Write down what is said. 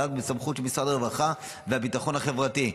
בהובלה וסמכות של משרד הרווחה והביטחון החברתי,